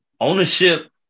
ownership